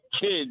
kids